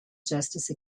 justice